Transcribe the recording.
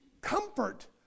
comfort